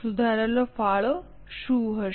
સુધારેલ ફાળો શું હશે